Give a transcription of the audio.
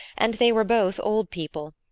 and they were both old people.